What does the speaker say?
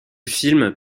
film